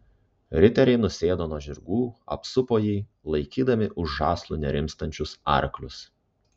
riteriai nusėdo nuo žirgų apsupo jį laikydami už žąslų nerimstančius arklius